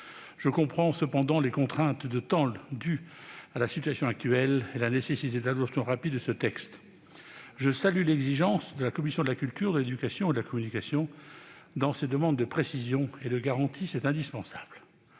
Je comprends cependant les contraintes de temps dues à la situation actuelle et la nécessité d'adopter rapidement ce texte. Je salue l'exigence de la commission de la culture, de l'éducation et de la communication dans ses demandes de précisions et de garanties. C'est indispensable.